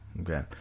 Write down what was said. Okay